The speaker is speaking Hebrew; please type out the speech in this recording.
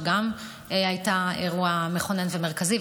שגם היא הייתה אירוע מכונן ומרכזי,